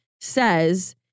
says